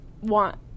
want